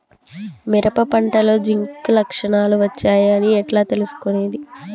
మిరప పంటలో జింక్ లక్షణాలు వచ్చాయి అని ఎట్లా తెలుసుకొనేది?